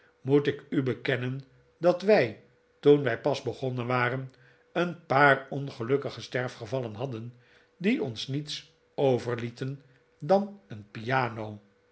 moet ik u bekennen dat wij toen wij pas begonnen waren een paar ongelukkige sterfgevallen hadden die ons niets overlieten dan een piano